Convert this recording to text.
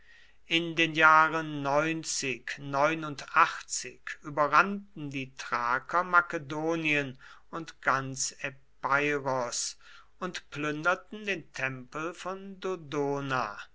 in den jahren überrannten die thraker makedonien und ganz epeiros und plünderten den tempel von dodona